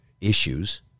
issues